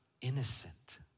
innocent